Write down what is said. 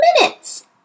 minutes